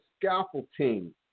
scaffolding